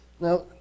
Now